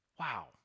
Wow